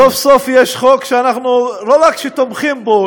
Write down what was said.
סוף-סוף יש חוק שאנחנו לא רק שתומכים בו,